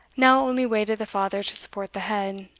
now only waited the father to support the head,